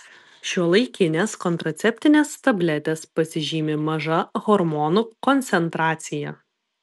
šiuolaikinės kontraceptinės tabletės pasižymi maža hormonų koncentracija